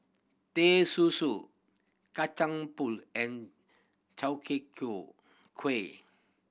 Teh Susu Kacang Pool and Chwee Kueh